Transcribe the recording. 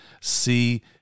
see